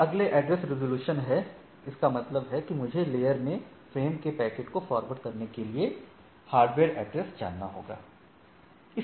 और एक address resolution है इसका मतलब है कि मुझे लेयर में फ्रेम के पैकेट को फॉरवर्ड करने के लिए हार्डवेयर एड्रेस जानना होगा